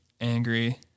angry